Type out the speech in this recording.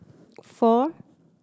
four